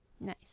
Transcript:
nice